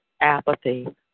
apathy